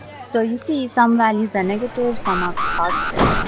so you see some values are negative, some are positive.